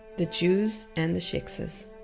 the jews and the shiksas